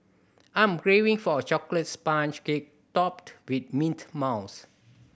I'm craving for a chocolate sponge cake topped with mint mousse